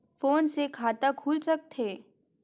Phone से खाता खुल सकथे?